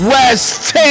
West